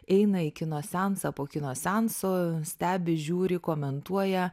eina į kino seansą po kino seanso stebi žiūri komentuoja